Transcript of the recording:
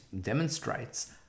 demonstrates